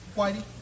Whitey